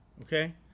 okay